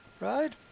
right